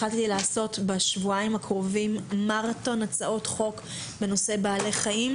החלטתי לעשות בשבועיים הקרובים מרתון הצעות חוק בנושא בעלי חיים,